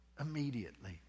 immediately